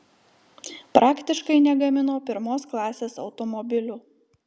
praktiškai negamino pirmos klasės automobilių